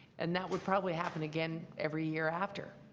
and that would probably happen again every year after.